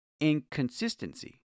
Inconsistency